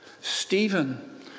Stephen